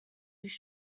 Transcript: durch